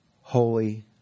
holy